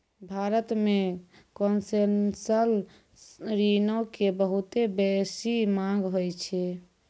भारत मे कोन्सेसनल ऋणो के बहुते बेसी मांग होय छै